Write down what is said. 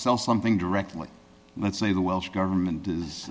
sell something directly let's say the welsh government is